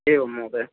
एवं महोदय